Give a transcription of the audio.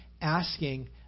asking